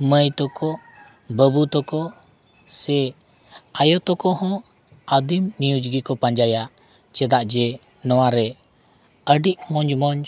ᱢᱟᱹᱭ ᱛᱟᱠᱚ ᱵᱟᱹᱵᱩ ᱛᱟᱠᱚ ᱥᱮ ᱟᱭᱳ ᱛᱟᱠᱚ ᱦᱚᱸ ᱟᱫᱤᱢ ᱱᱤᱭᱩᱡᱽ ᱜᱮᱠᱚ ᱯᱟᱸᱡᱟᱭᱟ ᱪᱮᱫᱟᱜ ᱡᱮ ᱱᱚᱣᱟ ᱨᱮ ᱟᱹᱰᱤ ᱢᱚᱡᱽᱼᱢᱚᱡᱽ